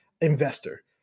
investor